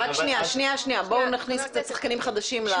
שנייה, בואו נכניס שחקנים חדשים למשחק.